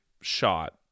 shot